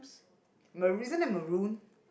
mar~ isn't it maroon